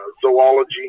zoology